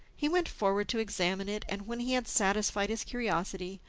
he went forward to examine it, and when he had satisfied his curiosity,